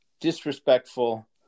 disrespectful